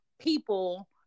People